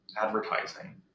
advertising